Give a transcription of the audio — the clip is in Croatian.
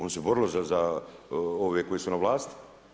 Ona se borila za ove koji su na vlasti.